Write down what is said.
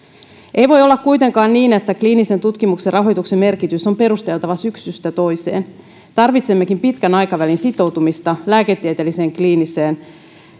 ei voi olla kuitenkaan niin että kliinisen tutkimuksen rahoituksen merkitys on perusteltava syksystä toiseen tarvitsemmekin pitkän aikavälin sitoutumista lääketieteelliseen kliiniseen